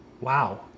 wow